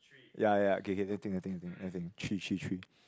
ya ya okay K I think I think I think three three three